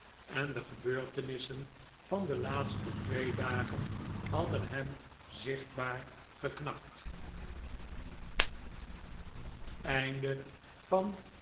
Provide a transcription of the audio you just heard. en de gebeurtenissen van de twee laatste dagen hadden hem zichtbaar geknakt